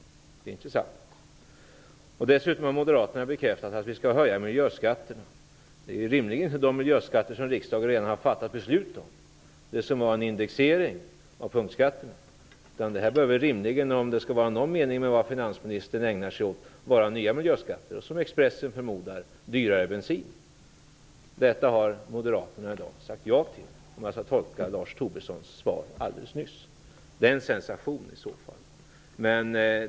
Det är också intressant. Dessutom har moderaterna bekräftat att miljöskatten skall höjas, och det är rimligen inte de miljöskatter som riksdagen redan har fattat beslut om och som innebar en indexering av punktskatten. Om det skall vara någon mening med vad finansministern ägnar sig åt bör detta rimligen innebära nya miljöskatter och, som Expressen förmodade, dyrare bensin. Detta har alltså moderaterna i dag sagt ja till, om jag skall tolka Lars Tobissons svar alldeles nyss. Det är i så fall en sensation.